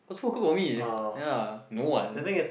cause who cook for me ya no one